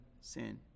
sin